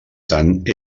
tant